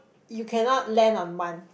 you cannot land on one